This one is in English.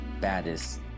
baddest